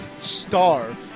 star